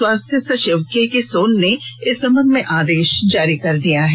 स्वास्थ्य सचिव केके सोन ने इस संबंध में आदेश जारी कर दिया है